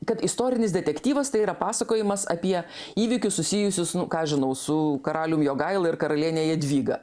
kad istorinis detektyvas tai yra pasakojimas apie įvykius susijusius nu ką aš žinau su karalium jogaila ir karaliene jadvyga